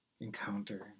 encounter